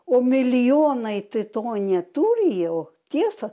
o milijonai tai to neturi jau tiesa